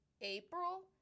April